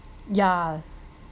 ya